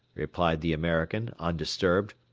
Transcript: replied the american, undisturbed.